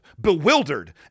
bewildered